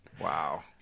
Wow